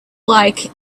like